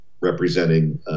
representing